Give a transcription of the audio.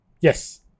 Yes